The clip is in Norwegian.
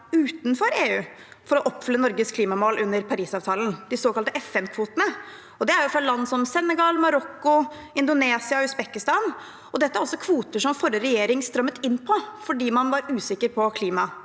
utenfor EU for å oppfylle Norges klimamål under Parisavtalen, de såkalte FN-kvotene, og det er fra land som Senegal, Marokko, Indonesia og Usbekistan. Dette er også kvoter som forrige regjering strammet inn på, fordi man var usikker på